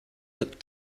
looked